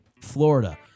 Florida